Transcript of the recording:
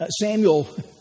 Samuel